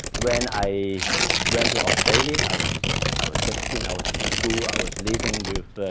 when i went to australia i was i was sixteen, i was in school, i was living with